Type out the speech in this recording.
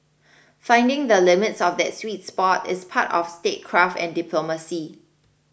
finding the limits of that sweet spot is part of statecraft and diplomacy